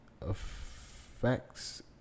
affects